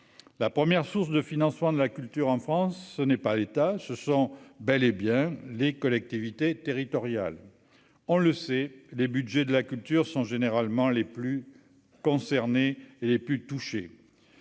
la première source de financement de la culture en France, ce n'est pas l'État, ce sont bel et bien les collectivités territoriales, on le sait, les Budgets de la culture sont généralement les plus concernés et les plus touchés,